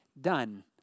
done